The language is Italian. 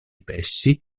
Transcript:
pesci